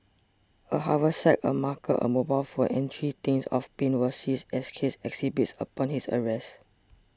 a haversack a marker a mobile phone and three tins of paint were seized as case exhibits upon his arrest